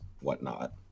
whatnot